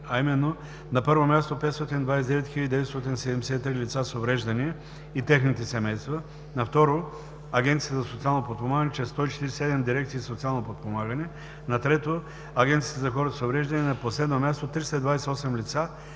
а именно: на първо място – 529 973 лица с увреждания и техните семейства; на второ – Агенцията за социално подпомагане чрез 147 дирекции „Социално подпомагане“; на трето – Агенцията за хората с увреждания; и на последно място – 328 лица,